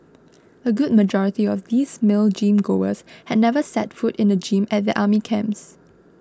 a good majority of these male gym goers had never set foot in the gym at their army camps